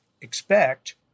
expect